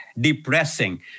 depressing